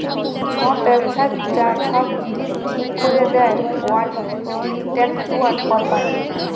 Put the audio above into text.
ছব ব্যবসার যা ছব জিলিস ঠিক ক্যরে দেই ওয়ার্ল্ড ইলটেলেকচুয়াল পরপার্টি